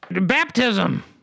Baptism